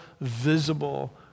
visible